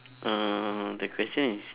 uh the question is